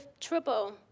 trouble